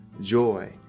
joy